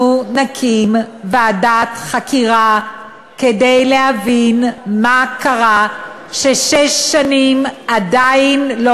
נקים ועדת חקירה כדי להבין מה קרה ששש שנים עדיין לא